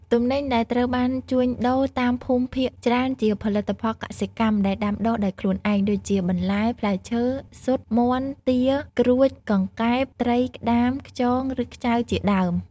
ទំនិញដែលត្រូវបានជួញដូរតាមភូមិភាគច្រើនជាផលិតផលកសិកម្មដែលដាំដុះដោយខ្លួនឯង ដូចជា បន្លែ ផ្លែឈើ ស៊ុត មាន់ ទា ក្រួច កង្កែប ត្រី ក្តាម ខ្យងឬ ខ្ចៅជាដើម។